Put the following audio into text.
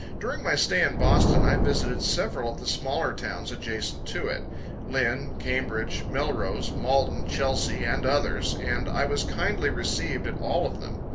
during my stay in boston, i visited several of the smaller towns adjacent to it lynn, cambridge, melrose, malden, chelsea, and others, and i was kindly received at all of them.